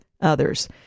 others